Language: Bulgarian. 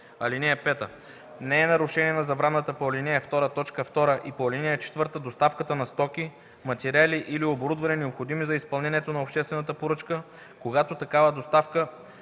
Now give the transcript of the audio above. (5) Не е нарушение на забраната по ал. 2, т. 2 и по ал. 4 доставката на стоки, материали или оборудване, необходими за изпълнението на обществената поръчка, когато такава доставка